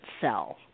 sell